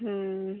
ᱦᱮᱸ